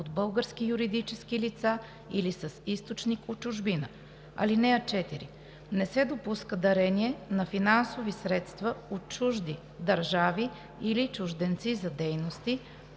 от български юридически лица или с източник от чужбина. (4) Не се допуска дарение на финансови средства от чужди държави или чужденци за дейности,